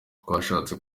twashatse